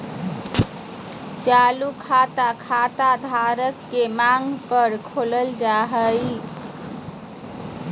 चालू खाता, खाता धारक के मांग पर खोलल जा हय